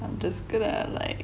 I'm just gonna like